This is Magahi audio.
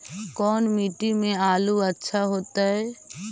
कोन मट्टी में आलु अच्छा होतै?